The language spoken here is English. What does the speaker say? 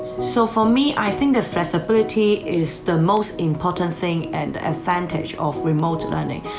so for me i think the flexibility is the most important thing and advantage of remote learning.